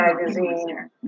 magazine